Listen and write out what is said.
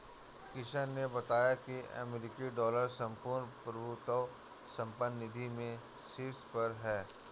किशन ने बताया की अमेरिकी डॉलर संपूर्ण प्रभुत्व संपन्न निधि में शीर्ष पर है